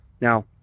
Now